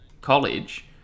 college